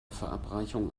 verabreichung